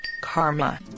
karma